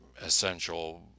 essential